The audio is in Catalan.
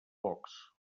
pocs